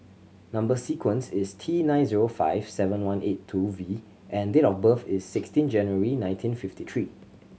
number sequence is T nine zero five seven one eight two V and date of birth is sixteen January nineteen fifty three